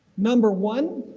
number one,